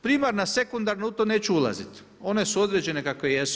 Primarna, sekundarna, u to neću ulaziti, one su određene kakve jesu.